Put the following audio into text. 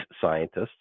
scientists